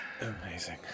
amazing